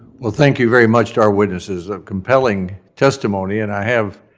well, thank you very much to our witnesses, ah compelling testimony, and i have,